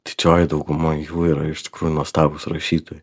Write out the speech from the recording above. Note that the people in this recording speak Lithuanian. didžioji dauguma jų yra iš tikrųjų nuostabūs rašytojai